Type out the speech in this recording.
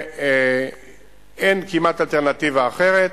אין כמעט אלטרנטיבה אחרת.